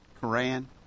Koran